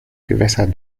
gewässer